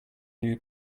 new